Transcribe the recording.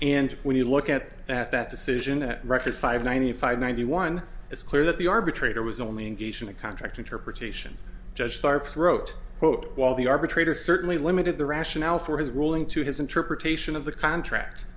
and when you look at that decision at record five ninety five ninety one it's clear that the arbitrator was only engaged in a contract interpretation judge tarp wrote quote while the arbitrator certainly limited the rationale for his ruling to his interpretation of the contract